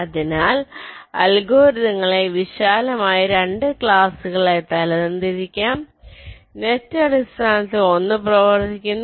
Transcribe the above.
അതിനാൽ അൽഗോരിതങ്ങളെ വിശാലമായി 2 ക്ലാസുകളായി തരംതിരിക്കാം നെറ്റ് അടിസ്ഥാനത്തിൽ 1 പ്രവർത്തിക്കുന്നു